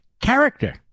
character